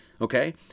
okay